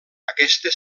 aquesta